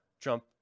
Trump